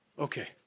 Okay